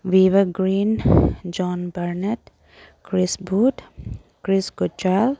ꯕꯤꯕꯥ green zone ꯕꯔꯅꯦꯠ ꯀ꯭ꯔꯤꯁꯕꯨꯠ ꯀ꯭ꯔꯤꯁ ꯀꯨꯆꯥꯜ